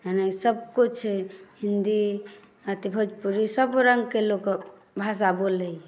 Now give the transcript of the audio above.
सभकुछ हिन्दी अथी भोजपुरी सभरङ्गके लोक भाषा बोलैए